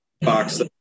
box